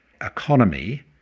economy